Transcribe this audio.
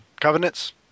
Covenants